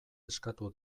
eskatu